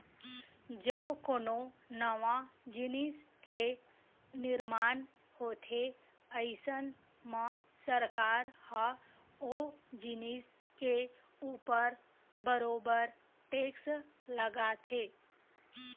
जब कोनो नवा जिनिस के निरमान होथे अइसन म सरकार ह ओ जिनिस के ऊपर बरोबर टेक्स लगाथे